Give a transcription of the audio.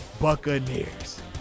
buccaneers